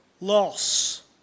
loss